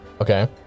Okay